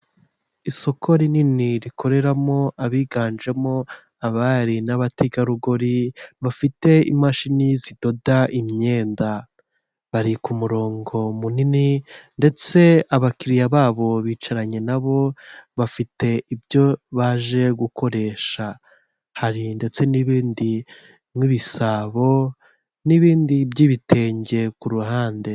Isoko rinini rikoreramo abiganjemo abari n'abategarugori, bafite imashini zidoda imyenda, bari ku murongo munini ndetse abakiriya babo bicaranye nabo, bafite ibyo baje gukoresha hari ndetse n'ibindi nk'ibisabo n'ibindi by'ibitenge ku ruhande.